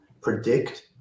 predict